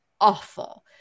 awful